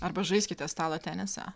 arba žaiskite stalo tenisą